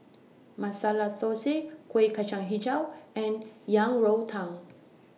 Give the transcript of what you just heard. Masala Thosai Kueh Kacang Hijau and Yang Rou Tang